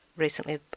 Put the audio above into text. recently